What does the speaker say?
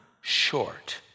Short